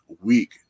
week